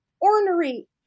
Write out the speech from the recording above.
ornery